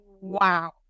Wow